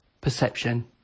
Perception